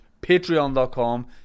patreon.com